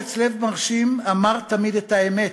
שבאומץ לב מרשים אמר תמיד את האמת,